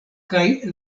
kaj